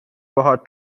باهات